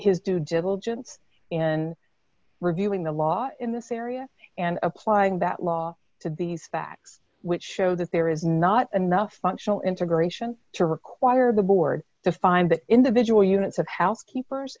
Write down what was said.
his due diligence in reviewing the law in this area and applying that law to these facts which show that there is not enough functional integration to require the board to find that individual units of housekeepers